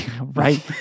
right